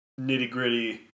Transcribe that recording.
nitty-gritty